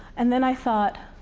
and then i thought,